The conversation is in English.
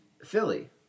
Philly